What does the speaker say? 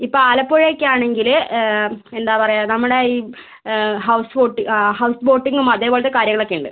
ഇപ്പം ആലപ്പുഴ ഒക്കെ ആണെങ്കിൽ എന്താണ് പറയുക നമുക്ക് നമ്മുടെ ഈ ഹൗസ് ബോട്ട് ആ ഹൗസ് ബോട്ടിംഗും അതേപോലത്തെ കാര്യങ്ങളൊക്കെ ഉണ്ട്